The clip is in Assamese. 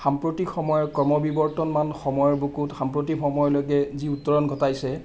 সাম্প্ৰতিক সময়ৰ কমবিৱৰ্তমান সময়ৰ বুকুত সাম্প্ৰতি সময়লৈকে যি উত্তৰণ ঘটাইছে